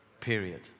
Period